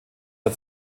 der